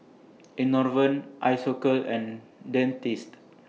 Enervon Isocal and Dentiste